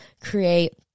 create